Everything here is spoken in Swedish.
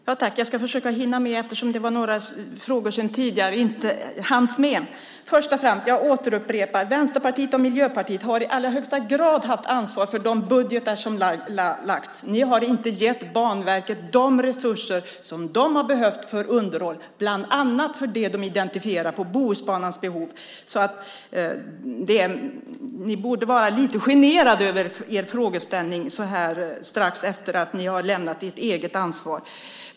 Fru talman! Jag ska försöka hinna med eftersom det fanns några frågor sedan tidigare som jag inte hann med. Jag återupprepar att Vänsterpartiet och Miljöpartiet i allra högsta grad har haft ansvar för de budgetar som har lagts fram. Ni har inte gett Banverket de resurser som verket har behövt för underhåll, bland annat för Bohusbanans behov. Ni borde vara lite generade över era frågor strax efter det att ni har lämnat ifrån er ert eget ansvar.